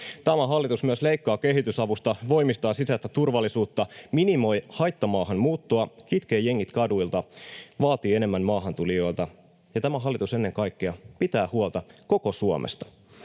Tämä hallitus myös leikkaa kehitysavusta, voimistaa sisäistä turvallisuutta, minimoi haittamaahanmuuttoa, kitkee jengit kaduilta, vaatii enemmän maahantulijoilta, ja tämä hallitus ennen kaikkea pitää huolta koko Suomesta.